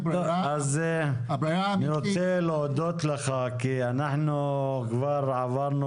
אני רוצה להודות לך כי אנחנו לקראת